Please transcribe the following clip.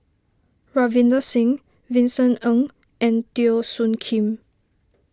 Ravinder Singh Vincent Ng and Teo Soon Kim